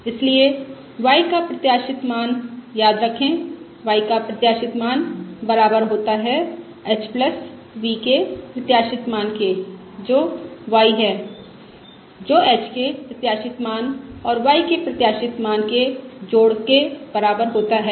इसलिए y का प्रत्याशित मान याद रखें y का प्रत्याशित मान बराबर होता है h v के प्रत्याशित मान के जो y है जो h के प्रत्याशित मान और v के प्रत्याशित मान के जोड़ के बराबर होता है